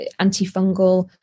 antifungal